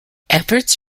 efforts